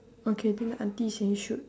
okay then the auntie saying shoot